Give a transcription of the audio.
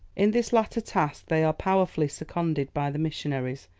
in this latter task they are powerfully seconded by the missionaries,